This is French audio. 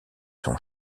son